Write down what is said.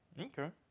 Okay